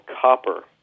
Copper